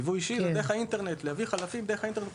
יבוא אישי זה להביא חלפים דרך האינטרנט,